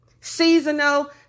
Seasonal